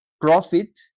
Profit